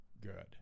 good